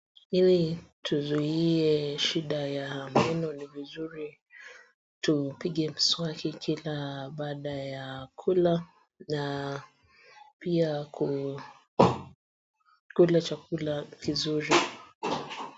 Ili tuzuie shida ya meno ni vizuri tupige mswaki kila baada ya kula na pia tule chakula kizuri.